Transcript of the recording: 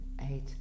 eight